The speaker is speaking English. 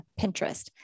Pinterest